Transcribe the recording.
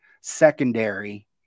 secondary